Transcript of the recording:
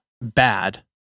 bad